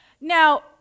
Now